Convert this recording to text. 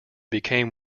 became